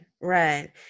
right